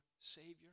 savior